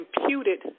imputed